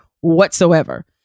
whatsoever